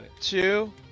two